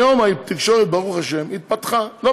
היום התקשורת התפתחה, ברוך השם.